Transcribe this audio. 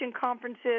conferences